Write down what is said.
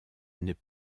n’est